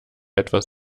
etwas